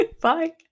Bye